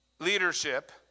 Leadership